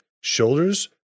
Shoulders